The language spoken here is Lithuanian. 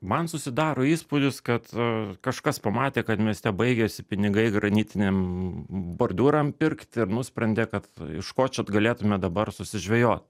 man susidaro įspūdis kad kažkas pamatė kad mieste baigėsi pinigai granitinėm bordiūram pirkt ir nusprendė kad iš ko čia galėtume dabar susižvejot